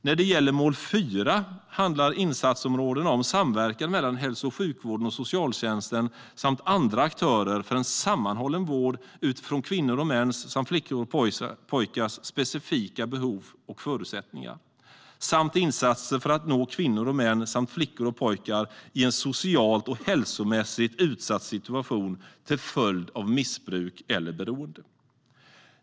När det gäller mål 4 handlar insatsområdena om samverkan mellan hälso och sjukvården och socialtjänsten samt med andra aktörer för en sammanhållen vård utifrån kvinnors och mäns samt flickors och pojkars specifika behov och förutsättningar. Det handlar också om insatser för att nå kvinnor och män samt flickor och pojkar i en socialt och hälsomässigt utsatt situation till följd av missbruk eller beroende.